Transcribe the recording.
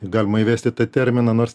galima įvesti tą terminą nors